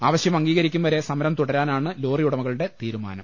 ആവശ്യം അംഗീകരിക്കും വരെ സമരം തുട രാനാണ് ലോറി ഉടമകളുടെ തീരുമാനം